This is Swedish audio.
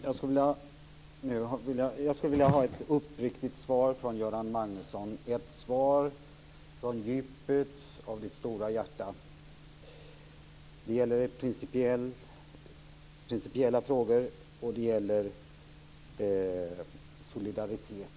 Fru talman! Jag skulle vilja ha några uppriktiga svar från Göran Magnusson - svar från djupet av hans stora hjärta. Det gäller principiella frågor, och det gäller solidaritet.